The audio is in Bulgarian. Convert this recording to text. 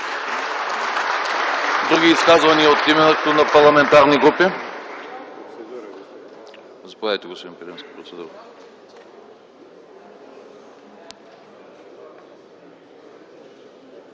Други изказвания от името на парламентарни групи има ли? Заповядайте, господин Пирински, за процедура.